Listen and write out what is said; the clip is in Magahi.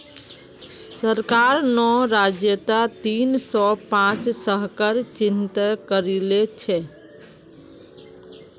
सरकार नौ राज्यत तीन सौ पांच शहरक चिह्नित करिल छे